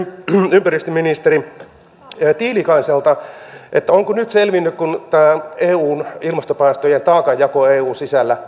ympäristöministeri tiilikaiselta ovatko nyt selvinneet laskuperusteet tälle eun ilmastopäästöjen taakanjaolle eun sisällä